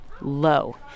Low